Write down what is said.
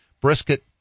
brisket